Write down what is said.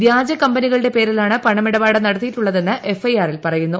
വ്യാജ കമ്പനികളുടെ പേരിലാണ് പണമിടപാട് നടത്തിയിട്ടുള്ളതെന്ന് എഫ് ഐ ആറിൽ പറയുന്നു